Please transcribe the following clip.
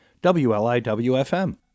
WLIWFM